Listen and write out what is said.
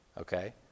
Okay